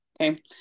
Okay